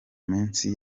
minsi